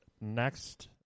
next